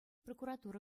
прокуратура